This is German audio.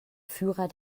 führer